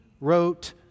wrote